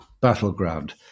Battleground